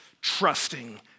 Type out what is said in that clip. trusting